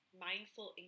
mindful